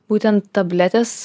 būtent tabletės